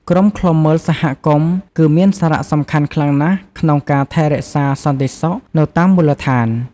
ក្រុមឃ្លាំមើលសហគមន៍ គឺមានសារៈសំខាន់ខ្លាំងណាស់ក្នុងការថែរក្សាសន្តិសុខនៅតាមមូលដ្ឋាន។